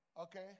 Okay